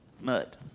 mud